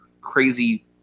crazy